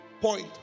point